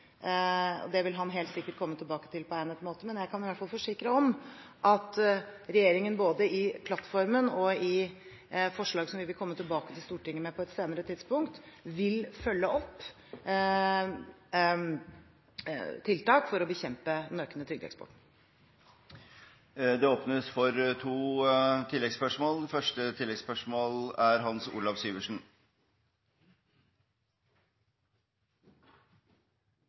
Det vil han helt sikkert komme tilbake til på egnet måte, men jeg kan i hvert fall forsikre om at regjeringen både i plattformen og i forslaget som vi vil komme tilbake til Stortinget med på et senere tidspunkt, vil følge opp tiltak for å bekjempe den økende trygdeeksporten. Det åpnes for to oppfølgingsspørsmål – først Hans Olav Syversen.